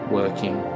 working